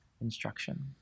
instruction